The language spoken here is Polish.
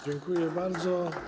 Dziękuję bardzo.